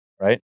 right